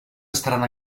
estaran